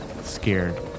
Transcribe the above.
scared